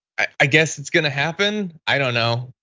i guess it's gonna happen, i don't know.